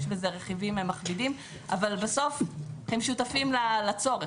יש בזה רכיבים מכבידים אבל בסוף הם שותפים לצורך,